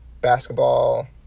basketball